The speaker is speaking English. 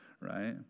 right